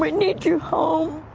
but need you home.